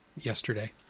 Yesterday